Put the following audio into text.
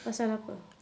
pasal apa